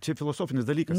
čia filosofinis dalykas